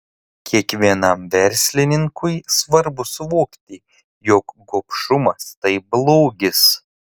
kiekvienam verslininkui svarbu suvokti jog gobšumas tai blogis